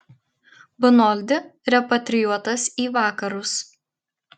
bonoldi repatrijuotas į vakarus